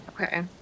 Okay